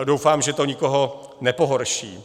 Doufám, že to nikoho nepohorší.